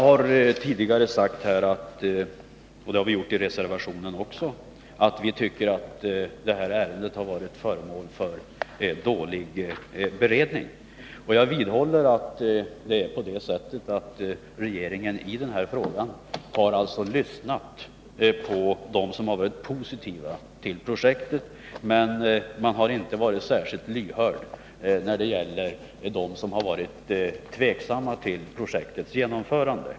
Jag har tidigare sagt — och det har vi också gjort i reservationen — att vi tycker att det här ärendet har beretts dåligt, och jag vidhåller att regeringen i denna fråga har lyssnat på dem som har varit positiva till projektet men inte varit särskilt lyhörd för vad som sagts av dem som varit tveksamma när det gäller projektets genomförande.